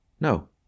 No